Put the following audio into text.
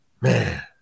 Man